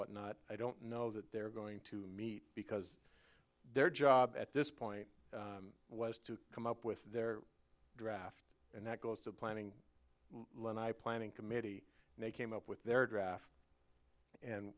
what not i don't know that they're going to meet because their job at this point was to come up with their draft and that goes to the planning and i planning committee and they came up with their draft and